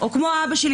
או כמו אבא שלי,